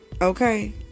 Okay